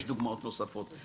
ויש דוגמאות נוספות.